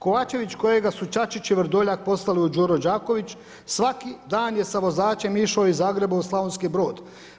Kovačević kojega su Čačić i Vrdoljak poslali u Đuru Đaković, svaki dan je sa vozačem išao iz Zagreba u Slavonski Brod.